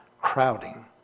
crowding